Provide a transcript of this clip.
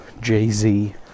Jay-Z